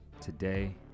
Today